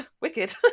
wicked